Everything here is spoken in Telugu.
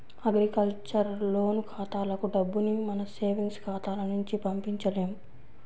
అగ్రికల్చర్ లోను ఖాతాలకు డబ్బుని మన సేవింగ్స్ ఖాతాల నుంచి పంపించలేము